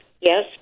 yes